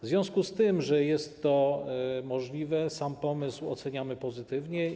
W związku z tym, że jest to możliwe, sam pomysł oceniamy pozytywnie.